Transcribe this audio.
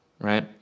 right